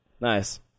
nice